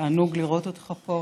תענוג לראות אותך פה.